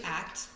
act